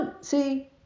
See